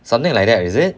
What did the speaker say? something like that is it